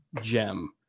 gem